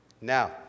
Now